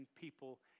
people